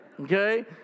Okay